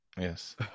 yes